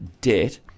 debt